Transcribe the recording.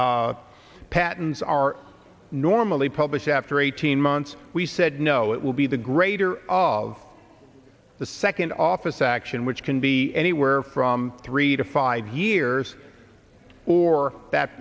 patents are normally published after eighteen months we said no it will be the greater of the second office action which can be anywhere from three to five years or